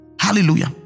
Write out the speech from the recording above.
Hallelujah